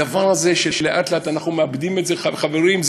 הדבר הזה שלאט-לאט אנחנו מאבדים, חברים.